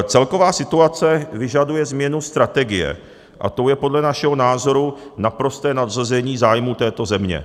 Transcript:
Celková situace vyžaduje změnu strategie, a tou je podle našeho názoru naprosté nadřazení zájmů této země.